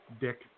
Dick